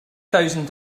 thousand